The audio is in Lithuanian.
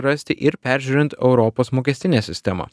rasti ir peržiūrint europos mokestinę sistemą